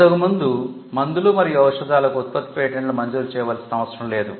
ఇంతకుముందు మందులు మరియు ఔషధాలకు ఉత్పత్తి పేటెంట్లను మంజూరు చేయవలసిన అవసరం లేదు